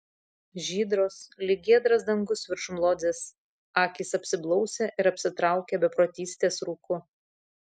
žydros lyg giedras dangus viršum lodzės akys apsiblausė ir apsitraukė beprotystės rūku